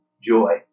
joy